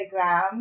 Instagram